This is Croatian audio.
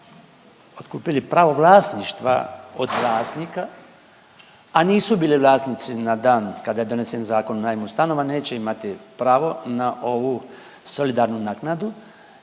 otkupili pravo vlasništva od vlasnika, a nisu bili vlasnici na dan kada je donesen Zakon o najmu stanova neće imati pravo na ovu solidarnu naknadu